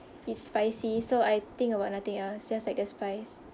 it's spicy so I think about nothing else just like the spice